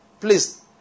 Please